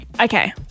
Okay